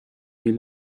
gnü